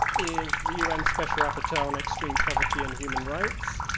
is the u n. special rapporteur on extreme poverty and human rights.